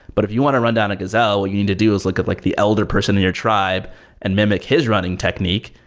but if you want to run down a gazelle, what you need to do is look at like the elder person in your tribe and mimic his running technique,